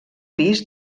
pis